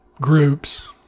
groups